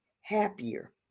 happier